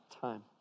time